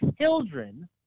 Children